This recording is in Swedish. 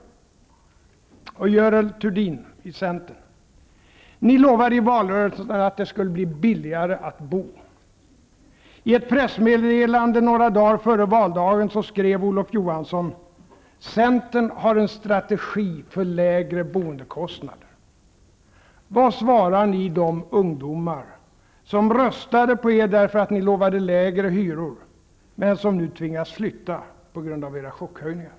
Till Görel Thurdin i Centern: Ni lovade i valrörelsen att det skulle bli billigare att bo. I ett pressmeddelande några dagar före valdagen skrev Olof Johansson: ''Centern har en strategi för lägre boendekostnader.'' Vad svarar ni de ungdomar som röstade på er därför att ni lovade lägre hyror men som nu tvingas flytta på grund av era chockhöjningar?